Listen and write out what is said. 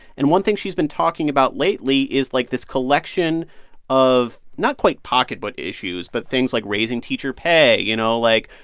and one thing she's been talking about lately is, like, this collection of not quite pocketbook issues, but things like raising teacher pay, you know, like,